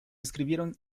escribieron